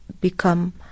become